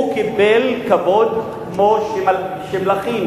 הוא קיבל כבוד כמו למלכים.